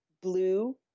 blue